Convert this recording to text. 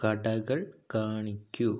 കടകൾ കാണിക്കൂ